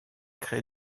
crée